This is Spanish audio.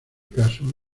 caso